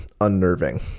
unnerving